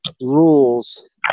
rules